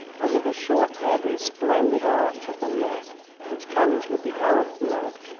but with the short head and splendid arch of the neck which comes with the arab blood.